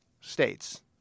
states